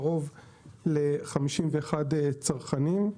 קרוב ל-51 צרכנים,